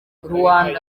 ruanda